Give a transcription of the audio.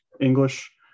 English